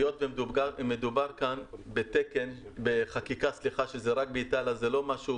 שהיות ומדובר כאן בחקיקה שזה רק באיטליה וזה לא משהו